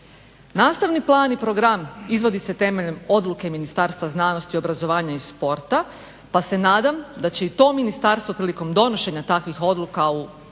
Nastavni plan i program izvodi se temeljem odluke Ministarstva znanosti, obrazovanja i sporta pa se nadam da će i to ministarstvo prilikom donošenja takvih odluka u narednom